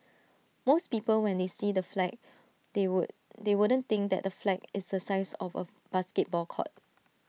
most people when they see the flag they would they wouldn't think that the flag is the size of A basketball court